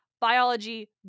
biology